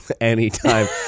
anytime